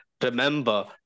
remember